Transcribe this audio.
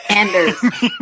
Anders